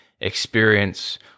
experience